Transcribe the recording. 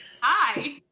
hi